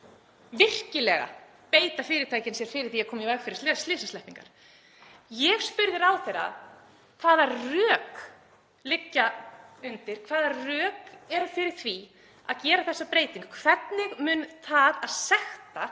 virkilega beita fyrirtækin sér fyrir því að koma í veg fyrir slysasleppingar. Ég spurði ráðherra: Hvaða rök liggja undir? Hvaða rök eru fyrir því að gera þessa breytingu? Hvernig mun það að sekta